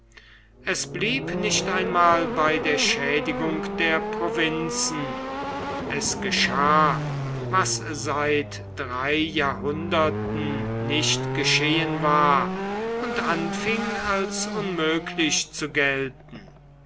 es blieb nicht einmal bei der schädigung der provinzen es geschah was seit drei jahrhunderten nicht geschehen war und anfing als unmöglich zu gelten